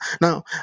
Now